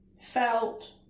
felt